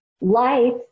Life